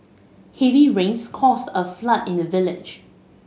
heavy rains cause a flood in the village